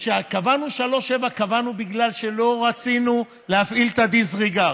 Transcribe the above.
קבענו את ה-3.7 בגלל שלא רצינו להפעיל את ה-disregard.